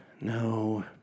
No